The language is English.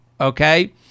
Okay